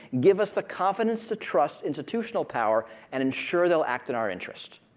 give us the confidence to trust institutional power and ensure they'll act in our interest.